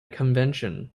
convention